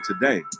today